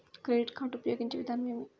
Credit card ఉపయోగించే విధానం ఏమి?